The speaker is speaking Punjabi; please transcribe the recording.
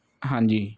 ਹਾਂਜੀ